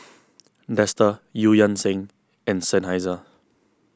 Dester Eu Yan Sang and Seinheiser